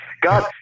God